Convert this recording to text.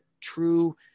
true